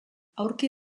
aurki